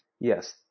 Yes